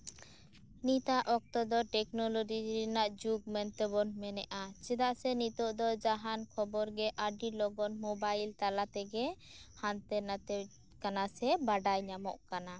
ᱱᱤᱛᱟᱜ ᱚᱠᱛᱚ ᱫᱚ ᱴᱮᱠᱱᱳᱞᱳᱡᱤ ᱨᱮᱱᱟᱜ ᱡᱩᱜᱽ ᱢᱮᱱᱛᱮᱵᱚᱱ ᱢᱮᱱᱮᱫᱼᱟ ᱪᱮᱫᱟᱜ ᱱᱤᱛᱚᱜ ᱫᱚ ᱡᱟᱦᱟᱸᱱᱟᱜ ᱠᱷᱚᱵᱚᱨ ᱜᱮ ᱟᱹᱰᱤ ᱞᱚᱜᱚᱱ ᱢᱳᱵᱟᱭᱤᱞ ᱛᱟᱞᱟᱛᱮ ᱜᱮ ᱦᱟᱱᱛᱮ ᱱᱟᱛᱮᱜ ᱠᱟᱱᱟ ᱥᱮ ᱵᱟᱰᱟᱭᱚᱜ ᱠᱟᱱᱟ